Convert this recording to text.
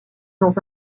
dans